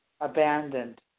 abandoned